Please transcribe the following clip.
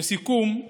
לסיכום,